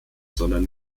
sondern